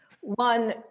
one